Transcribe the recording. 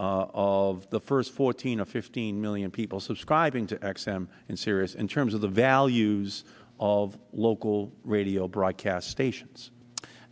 of the first fourteen or fifteen million people subscribing to x m and sirius in terms of the values of local radio broadcast stations